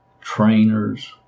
trainers